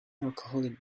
alcoholic